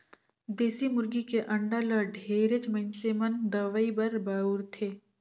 देसी मुरगी के अंडा ल ढेरेच मइनसे मन दवई बर बउरथे